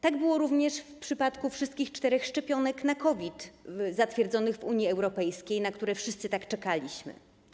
Tak było również w przypadku wszystkich czterech szczepionek na COVID zatwierdzonych w Unii Europejskiej, na które wszyscy tak czekaliśmy.